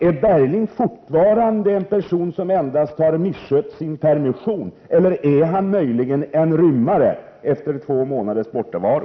Är Bergling fortfarande en person som endast har misskött sin permission, eller är han efter två månaders bortovaro möjligen en rymmare?